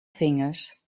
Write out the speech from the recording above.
vingers